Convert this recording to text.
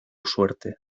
suerte